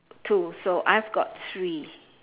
two also I've got three